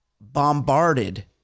bombarded